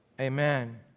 amen